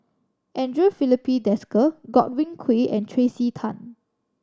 Andre Filipe Desker Godwin Koay and Tracey Tan